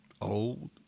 Old